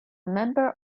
member